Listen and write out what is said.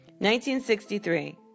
1963